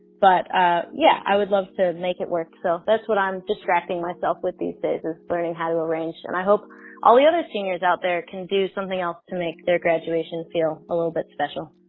but ah yeah, i would love to make it work. so that's what i'm distracting myself with these days of learning how to arrange. and i hope all the other singers out there can do something else to make their graduation feel a little bit special